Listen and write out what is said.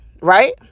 right